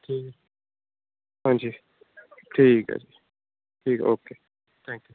ਠੀਕ ਹਾਂਜੀ ਠੀਕ ਹੈ ਜੀ ਠੀਕ ਹੈ ਓਕੇ ਥੈਂਕਯੂ